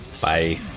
Bye